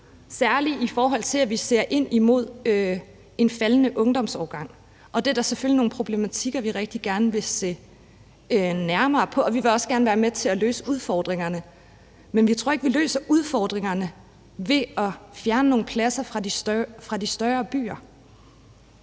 særlig i forhold til at vi ser ind mod en faldende ungdomsårgang. Og det er da selvfølgelig nogle problematikker, vi rigtig gerne vil se nærmere på. Og vi vil også gerne være med til at løse udfordringerne. Men vi tror ikke, at vi løser udfordringerne ved at fjerne nogle pladser fra de større byer.